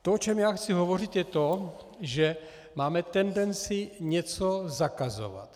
To, o čem já chci hovořit, je to, že máme tendenci něco zakazovat.